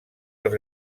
els